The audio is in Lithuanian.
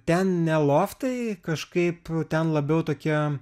ten ne loftai kažkaip ten labiau tokie